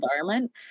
environment